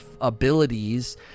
abilities